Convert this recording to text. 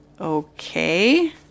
Okay